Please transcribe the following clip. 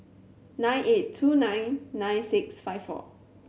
nine eight two nine nine six five four